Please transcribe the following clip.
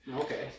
okay